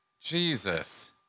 Jesus